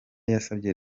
yasabye